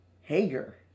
Hager